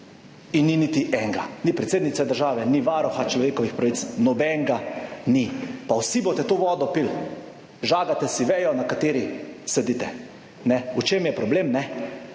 in ni niti enega, ni predsednice države, ni varuha človekovih pravic, nobenega ni, pa vsi boste to vodo pili. Žagate si vejo na kateri sedite. V čem je problem?